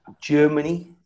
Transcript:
Germany